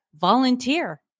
volunteer